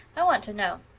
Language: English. i want to know.